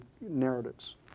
narratives